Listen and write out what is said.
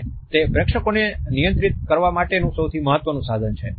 અને તે પ્રેક્ષકોને નિયંત્રિત કરવા માટેનું સૌથી મહત્વનું સાધન છે